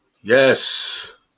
Yes